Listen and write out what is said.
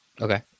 Okay